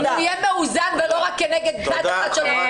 אם הוא יהיה מאוזן ולא רק כנגד צד אחד.